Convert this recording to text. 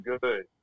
good